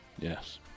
Yes